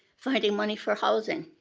finding money for housing,